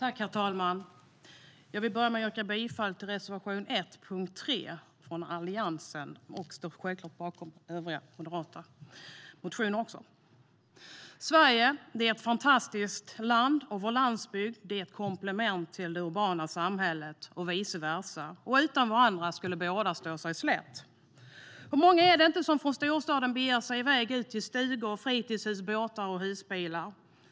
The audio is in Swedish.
Herr talman! Jag vill börja med att yrka bifall till reservation 1 under punkt 3 från Alliansen, och jag står självklart bakom övriga moderata motioner. Sverige är ett fantastiskt land. Vår landsbygd är ett komplement till det urbana samhället och vice versa. Utan varandra skulle båda stå sig slätt. Hur många är det inte från storstaden som beger sig ut till stugor, fritidshus, båtar och husbilar?